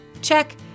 check